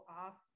off